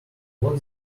what